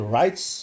rights